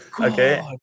okay